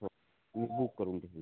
हो मी बूक करून ठेवीन